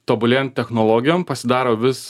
tobulėjant technologijom pasidaro vis